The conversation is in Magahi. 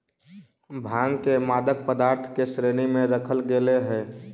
भाँग के मादक पदार्थ के श्रेणी में रखल गेले हइ